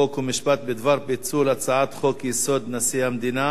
חוק ומשפט בדבר פיצול הצעת חוק-יסוד: נשיא המדינה